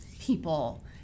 people